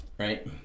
right